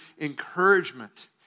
encouragement